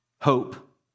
hope